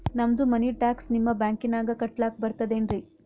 ನಮ್ದು ಮನಿ ಟ್ಯಾಕ್ಸ ನಿಮ್ಮ ಬ್ಯಾಂಕಿನಾಗ ಕಟ್ಲಾಕ ಬರ್ತದೇನ್ರಿ?